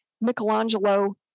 Michelangelo